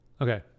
Okay